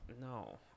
no